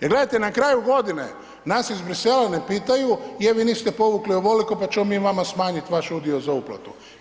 jer gledajte, na kraju godine nas iz Bruxellesa ne pitaju je, vi niste povukli ovoliko pa ćemo mi vama smanjiti vaš udio za uplatu.